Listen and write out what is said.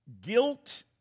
Guilt